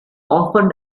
often